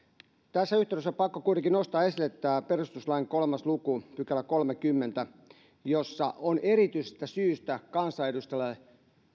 tässä yhteydessä on pakko kuitenkin nostaa esille tämä perustuslain kolmannen luvun kolmaskymmenes pykälä jossa on erityisestä syystä kansanedustajalle